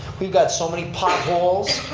we've got so many potholes,